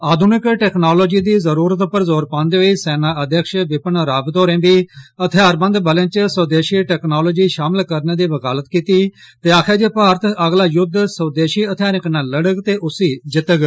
आघुनिक technology दी जरूरत उप्पर जोर पांदे होई सेनाअघ्यक्ष विपिन रावत होरें बी हथियारबंद बलें च स्वदेशी टेक्नालोजी शामल करने दी बकालत कीती ते आक्खेआ जे भारत अगला युद्ध स्वदेशी हथियारें कन्नै लड़ग ते उस्सी जित्तग